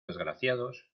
desgraciados